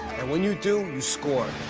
and when you do, you score.